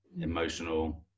emotional